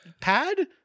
pad